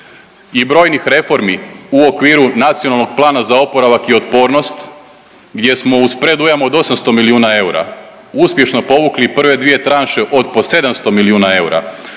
i brojnih reformi u okviru NPOO-a gdje smo uz predujam od 800 milijuna eura uspješno povukli i prve dvije tranše od po 700 milijuna eura